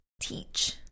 teach